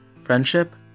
friendship